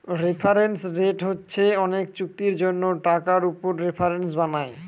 reference rate হচ্ছে অনেক চুক্তির জন্য টাকার উপর রেফারেন্স বানায়